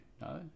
No